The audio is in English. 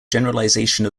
generalization